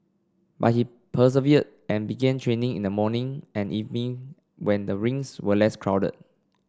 but he persevered and began training in the morning and evening when the rinks were less crowded